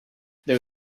there